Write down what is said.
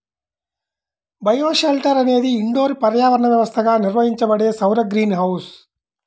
bioshelter అనేది indoor పర్యావరణ వ్యవస్థగా నిర్వహించబడే సౌర గ్రీన్ హౌస్